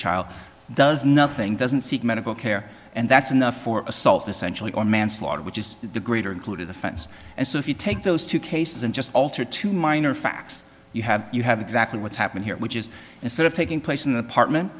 child does nothing doesn't seek medical care and that's enough for assault essentially or manslaughter which is the greater included offense and so if you take those two cases and just alter two minor facts you have you have exactly what's happened here which is instead of taking place in an apartment